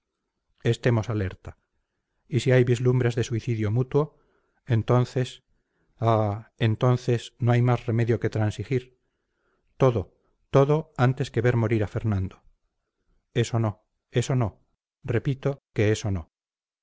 novelas estemos alerta y si hay vislumbres de suicidio mutuo entonces ah entonces no hay más remedio que transigir todo todo antes que ver morir a fernando eso no eso no repito que eso no